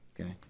Okay